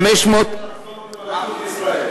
אתה רוצה לחזור למלכות ישראל.